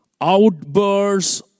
outbursts